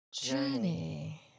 journey